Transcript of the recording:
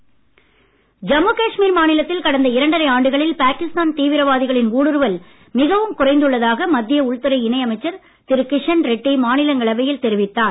ஜம்மு ஜம்மு காஷ்மீர் மாநிலத்தில் கடந்த இரண்டரை ஆண்டுகளில் பாகிஸ்தான் தீவிரவாதிகளின் ஊடுருவல் மிகவும் குறைந்துள்ளதாக மத்திய உள்துறை இணையமைச்சர் திரு கிஷன்ரெட்டி மாநிலங்களவையில் தெரிவித்தார்